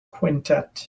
quintet